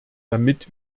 damit